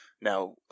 now